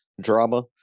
drama